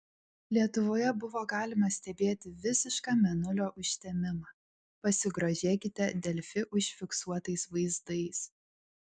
lietuvoje buvo galima stebėti visišką mėnulio užtemimą pasigrožėkite delfi užfiksuotais vaizdais